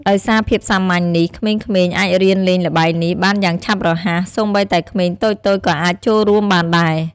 ដោយសារភាពសាមញ្ញនេះ ក្មេងៗអាចរៀនលេងល្បែងនេះបានយ៉ាងឆាប់រហ័ស សូម្បីតែក្មេងតូចៗក៏អាចចូលរួមបានដែរ។